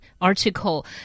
article